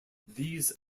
these